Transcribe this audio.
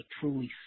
truly